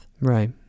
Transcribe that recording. Right